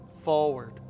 forward